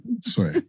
Sorry